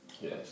Yes